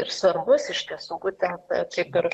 ir svarbus iš tiesų būtent kaip ir